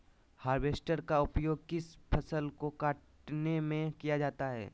Harvester का उपयोग किस फसल को कटने में किया जाता है?